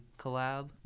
collab